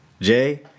Jay